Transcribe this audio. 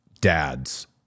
Dads